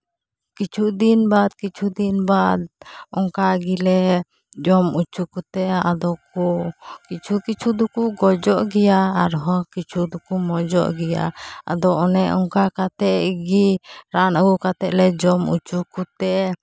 ᱠᱤᱪᱷᱩ ᱫᱤᱱ ᱵᱟᱫ ᱠᱤᱪᱷᱩ ᱫᱤᱱ ᱵᱟᱫ ᱚᱝᱠᱟ ᱜᱮᱞᱮ ᱡᱚᱢ ᱚᱪᱚ ᱠᱚᱛᱮ ᱟᱫᱚ ᱠᱚ ᱠᱤᱪᱷᱩ ᱠᱤᱪᱷᱩ ᱫᱚᱠᱚ ᱜᱚᱡᱚᱜ ᱜᱮᱭᱟ ᱟᱨᱦᱚᱸ ᱠᱤᱪᱷᱩ ᱫᱚᱠᱚ ᱢᱚᱡᱚᱜ ᱜᱮᱭᱟ ᱟᱫᱚ ᱚᱱᱮ ᱚᱱᱠᱟ ᱠᱟᱛᱮᱫ ᱜᱮ ᱨᱟᱱ ᱟᱹᱜᱩ ᱠᱟᱛᱮᱫ ᱞᱮ ᱡᱚᱢ ᱚᱪᱚ ᱠᱚᱛᱮ